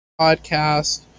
podcast